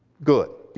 good.